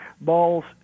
balls